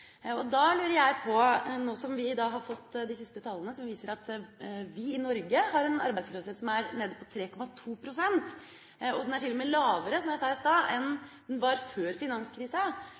Da lurer jeg på, nå som vi har fått de siste tallene som viser at vi i Norge har en arbeidsløshet som er nede på 3,2 pst – den er til og med lavere, som jeg sa i stad, enn den var før finanskrisen